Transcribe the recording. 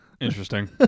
Interesting